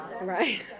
Right